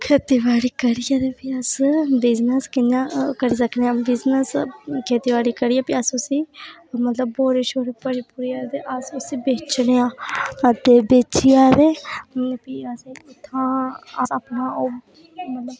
खेतीबाड़ी करियै फिर् अस बिजनस कि'यां करी सकने हां बिजनस खेतीबाड़ी करियै फिह् अस उसी मतलब बूरे शूरे भरी भुरिये ते अस उसी बेचने आं ते बेची दे ते प्ही अस इत्थूं अपना ओह् मतलब